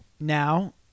Now